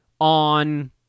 on